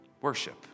worship